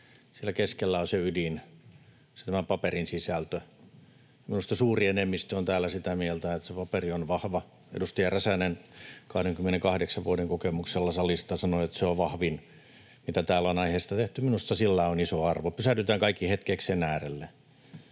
puheen keskellä on se ydin, se tämän paperin sisältö. Minusta suuri enemmistö on täällä sitä mieltä, että se paperi on vahva. Edustaja Räsänen 28 vuoden kokemuksella salista sanoi, että se on vahvin, mitä täällä on aiheesta tehty. Minusta sillä on iso arvo. Pysähdytään kaikki hetkeksi sen äärelle.